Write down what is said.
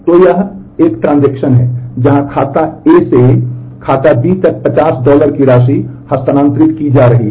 तो यह एक ट्रांज़ैक्शन है जहां खाता A से खाता B तक 50 डॉलर की राशि हस्तांतरित की जा रही है